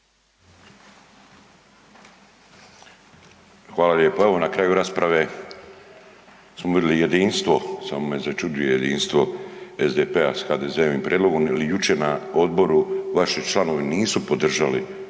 Hvala lijepa. Evo na kraju rasprave smo vidjeli jedinstvo, samo me začuđuje jedinstvo SDP-a s HDZ-ovim prijedlogom jel jučer na odboru vaši članovi nisu podržali